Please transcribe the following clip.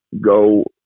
go